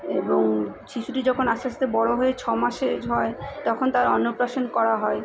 এবং শিশুটি যখন আস্তে আস্তে বড় হয়ে ছ মাসের হয় তখন তার অন্নপ্রাশন করা হয়